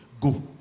go